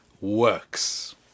works